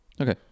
okay